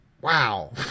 wow